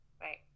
right